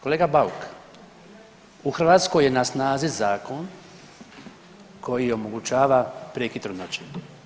Kolega Bauk, u Hrvatskoj je na snazi zakon koji omogućava prekid trudnoće.